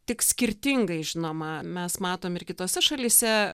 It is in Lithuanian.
tik skirtingai žinoma mes matom ir kitose šalyse